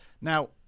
Now